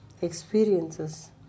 experiences